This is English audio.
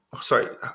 sorry